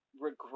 regret